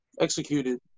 Executed